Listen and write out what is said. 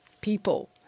people